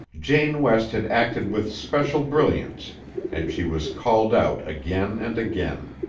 jane west had acted with especial brilliance and she was called out again and again.